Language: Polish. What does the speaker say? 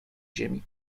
ziemi